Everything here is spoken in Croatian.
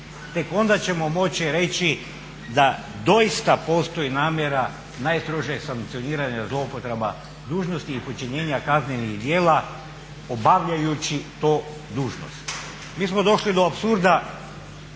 Tek onda ćemo moći reći da doista postoji namjera najstrožeg sankcioniranja zloupotreba dužnosti i počinjenja kaznenih djela obavljajući tu dužnost. Mi smo došli do apsurda